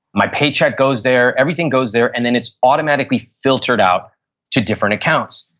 my paycheck goes there, everything goes there and then it's automatically filtered out to different accounts.